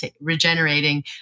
regenerating